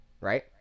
right